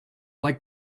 like